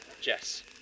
Jess